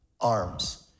arms